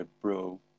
bro